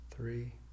three